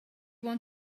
want